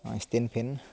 অঁ ষ্টেণ্ড ফেন